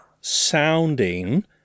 sounding